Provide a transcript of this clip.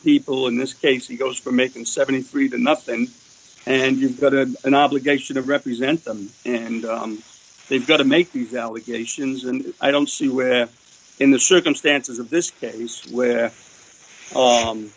people in this case he goes for making seventy three the nothing and you've got an obligation to represent them and they've got to make the allegations and i don't see where in the circumstances of this case where